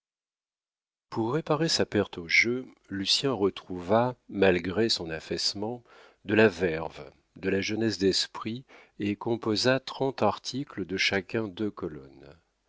pour réparer sa perte au jeu lucien retrouva malgré son affaissement de la verve de la jeunesse d'esprit et composa trente articles de chacun deux colonnes